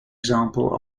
example